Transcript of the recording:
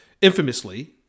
Infamously